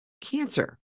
cancer